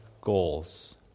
goals